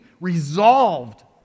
Resolved